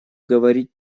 говорить